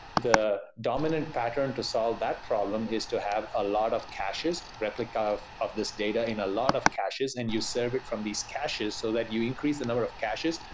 the dominant pattern to solve that problem is to have a lot of caches, replica of of this data in a lot of caches and you serve it from these caches so that you increase the number of caches,